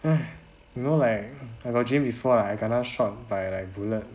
!hais! you know like I got dream before like I kena shot by like bullet